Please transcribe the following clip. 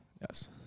Yes